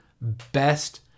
best